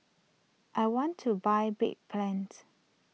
I want to buy Bedpans